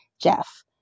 Jeff